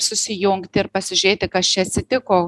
susijungti ir pasižiūrėti kas čia atsitiko